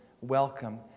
welcome